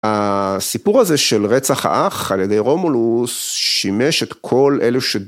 הסיפור הזה של רצח האח, על ידי רומולוס, שימש את כל אלו ש...